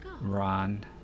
Ron